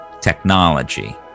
technology